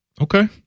Okay